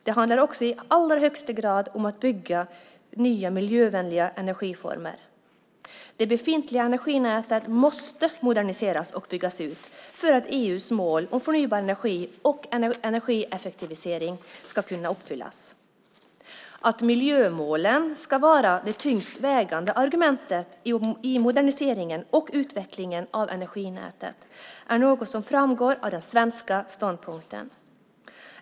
Det handlar också i allra högsta grad om att bygga nya miljövänliga energiformer. Det befintliga energinätet måste moderniseras och byggas ut för att EU:s mål om förnybar energi och energieffektivisering ska kunna uppnås. Att miljömålen ska vara det tyngst vägande argumentet i moderniseringen och utvecklingen av energinätet framgår av den svenska ståndpunkten.